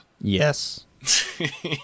Yes